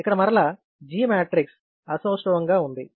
ఇక్కడ మరలా G matrix అసౌష్ఠవం గా ఉంది